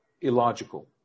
illogical